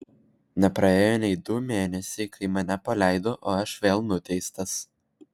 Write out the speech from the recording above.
nepraėjo nei du mėnesiai kai mane paleido o aš vėl nuteistas